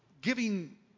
giving